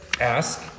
ask